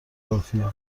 کافیه